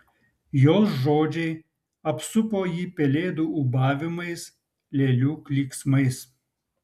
jos žodžiai apsupo jį pelėdų ūbavimais lėlių klyksmais